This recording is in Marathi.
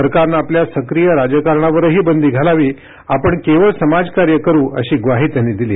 सरकारनं आपल्या सक्रीय राजकारणावरही बंदी घालावी आपण केवळ समाजकार्य करु अशी ग्वाही त्यांनी दिली